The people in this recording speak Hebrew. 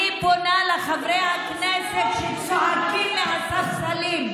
אני פונה לחברי הכנסת שצועקים מהספסלים.